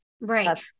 Right